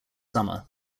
summer